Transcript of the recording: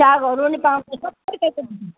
सागहरू पनि पाउँछ सब थोक पाउँछ